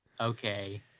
Okay